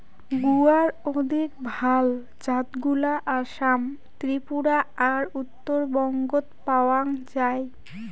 গুয়ার অধিক ভাল জাতগুলা আসাম, ত্রিপুরা আর উত্তরবঙ্গত পাওয়াং যাই